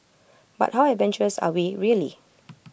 but how adventurous are we really